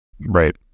Right